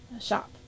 shop